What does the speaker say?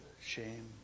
shame